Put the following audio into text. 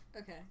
Okay